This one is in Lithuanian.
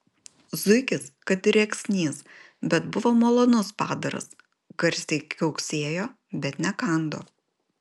zuikis kad ir rėksnys bet buvo malonus padaras garsiai kiauksėjo bet nekando